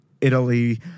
Italy